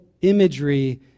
imagery